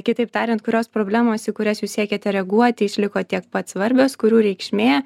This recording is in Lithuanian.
kitaip tariant kurios problemos į kurias jūs siekiate reaguoti išliko tiek pat svarbios kurių reikšmė